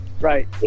Right